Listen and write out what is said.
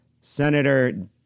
Senator